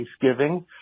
Thanksgiving